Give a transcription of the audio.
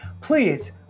please